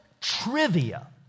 trivia